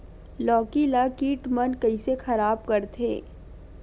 लौकी ला कीट मन कइसे खराब करथे?